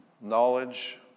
Knowledge